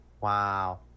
wow